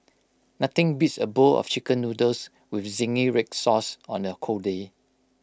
nothing beats A bowl of Chicken Noodles with Zingy Red Sauce on A cold day